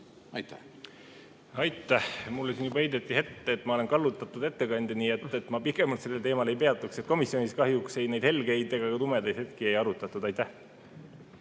Aitäh! Mulle siin juba heideti ette, et ma olen kallutatud ettekandja, nii et ma pikemalt sellel teemal ei peatuks. Komisjonis kahjuks ei neid helgeid ega ka tumedaid hetki ei arutatud. Aitäh!